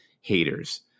haters